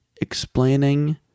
explaining